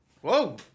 whoa